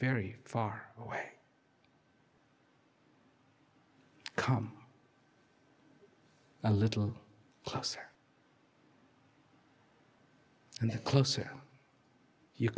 very far away come a little closer and the closer you